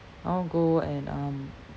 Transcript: I want to go and um